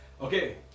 Okay